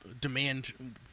demand